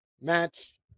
match